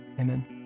amen